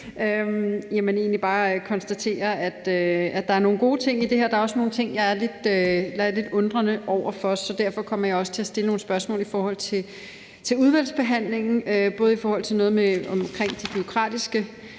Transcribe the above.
bare konstatere, at der er nogle gode ting i det her. Der er også nogle ting, jeg er lidt undrende over for, så derfor kommer jeg også til at stille nogle spørgsmål i udvalgsbehandlingen, både i forhold til de bureaukratiske